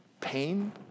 pain